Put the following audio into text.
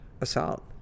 assault